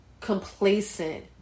complacent